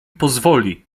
pozwoli